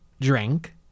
drink